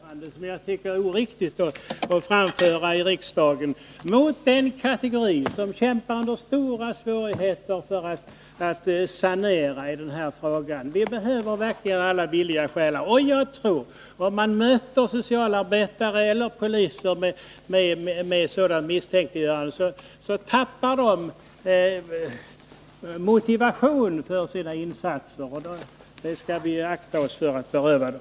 Herr talman! Men det är ett misstänkliggörande, som jag tycker att det är oriktigt att framföra i riksdagen mot den kategori som kämpar med stora svårigheter för att sanera den här verksamheten. Vi behöver verkligen alla villiga själar. Om man möter socialarbetare eller poliser med sådant misstänkliggörande tror jag att de tappar motivationen för sina insatser — och den skall vi akta oss för att beröva dem.